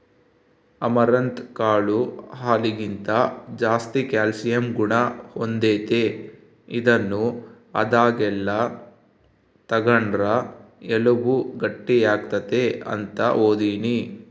amaranth ಕಾಳು ಹಾಲಿಗಿಂತ ಜಾಸ್ತಿ ಕ್ಯಾಲ್ಸಿಯಂ ಗುಣ ಹೊಂದೆತೆ, ಇದನ್ನು ಆದಾಗೆಲ್ಲ ತಗಂಡ್ರ ಎಲುಬು ಗಟ್ಟಿಯಾಗ್ತತೆ ಅಂತ ಓದೀನಿ